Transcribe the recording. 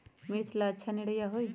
मिर्च ला अच्छा निरैया होई?